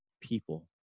people